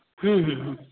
हं हं हं